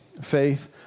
faith